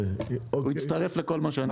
הוא יצטרף לכל מה שאני אומר.